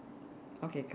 okay correct